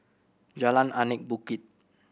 Jalan Anak Bukit